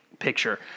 picture